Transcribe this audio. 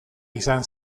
izan